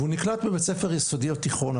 והוא נקלט בבית ספר יסודי או תיכון,